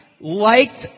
liked